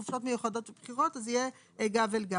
חופשות מיוחדות יהיה גב אל גב.